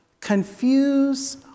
confuse